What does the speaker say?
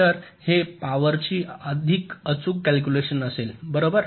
तर हे पॉवरची अधिक अचूक कॅलकुलेशन असेल बरोबर